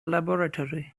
laboratory